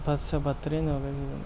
بد سے بدترین ہو گئی میری زندگی